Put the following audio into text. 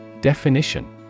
Definition